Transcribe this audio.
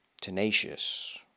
Tenacious